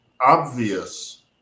obvious